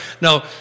Now